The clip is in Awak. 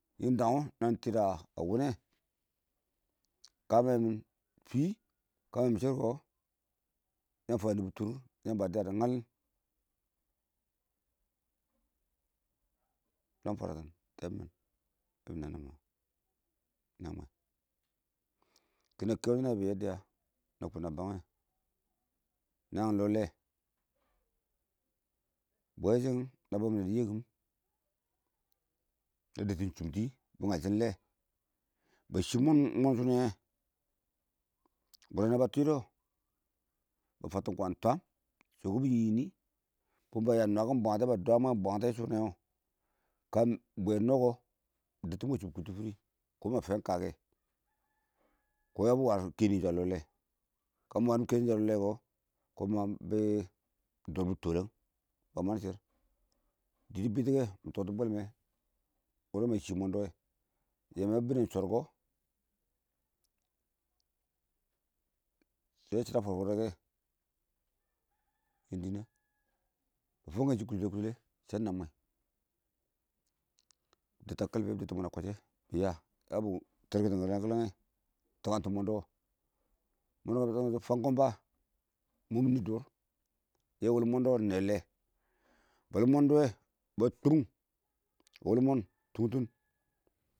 yɪn daang wɔ nani tida wʊnɛ kə mɪ fɪ kə ma lang shirkɔ yafa nitʊrui iɪng yamba dɪya dɪ ngali yang fwaratin tɛɛbʊ mɪn yebi nana ma nɛ mwɛ kiɪn kuyen nabe dɪya kina kʊn na bang wɛ na ysngin lɔ lɛ, ba shɪ yir na bang mina dɪ yekum nɪ dettʊ chʊmti bɪ ngale, shɪm iɪng lɛ ba shɪ mɔn mɔn shʊnɛ wɛ wʊre naba twidɔ ba fantin kwan twam dɔkʊ ba yiɪnɪ bad bʊk ba yɛ dwakin mwɛ bwate kə bwe da kɔ bɪ dɛttʊ bɪ kʊttɔ fɪrɪ kɔ ma fɔn kakɛ kɔ, yabɪ warɛ shemin shɪ a lɔ lɛ kabɪ warang shemin shɪ a lɔ lɛ kabɪ warang shemin shɪ a lɔ lɛ kɔ kɔn bɪ dʊr bɪ tolen ba mang dʊ shr diidi bittɛ kɛ mɪ tottʊ bwɛl mɪ wʊre mɪ a shɪ monde yeme iɪng biddʊn shorks shɛ shidɔ for fore kɛ yen dinon ma fʊ kwan shɔ kʊshilɛ kushi lɛ shɛ nammwe detta kwalfiya bɪ dettin mɔn a kwashɛ bɪ ya yabɪ, tarkang ngaral kile bitikang tʊ mɔnds fan kɔmba iɪng mɔ nɪ durr yɛ wul monds ingne lɛ ba wul mondʊ wɛ ba tʊ wulmɛndɔ tʊktin.